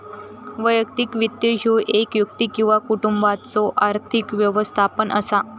वैयक्तिक वित्त ह्यो एक व्यक्ती किंवा कुटुंबाचो आर्थिक व्यवस्थापन असा